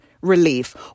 Relief